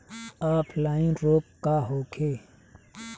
Offline रोग का होखे?